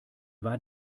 war